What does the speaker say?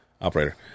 operator